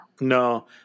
No